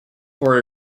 for